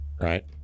right